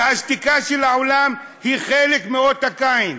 והשתיקה של העולם היא חלק מאות קין,